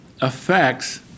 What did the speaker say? affects